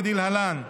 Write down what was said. כדלהלן: